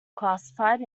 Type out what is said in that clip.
classified